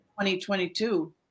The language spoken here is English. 2022